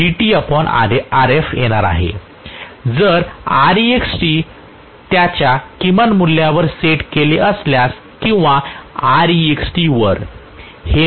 जर Rext त्याच्या किमान मूल्यावर सेट केले असल्यास किंवा Rext वर